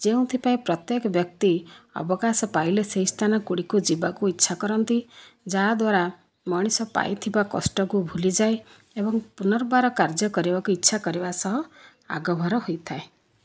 ଯେଉଁଥିପାଇଁ ପ୍ରତ୍ୟେକ ବ୍ୟକ୍ତି ଅବକାଶ ପାଇଲେ ସେହି ସ୍ଥାନ ଗୁଡ଼ିକୁ ଯିବାକୁ ଇଚ୍ଛା କରନ୍ତି ଯାହା ଦ୍ଵାରା ମଣିଷ ପାଇଥିବା କଷ୍ଟକୁ ଭୁଲିଯାଏ ଏବଂ ପୁନର୍ବାର କାର୍ଯ୍ୟ କରିବାକୁ ଇଚ୍ଛା କରିବା ସହ ଆଗଭର ହୋଇଥାଏ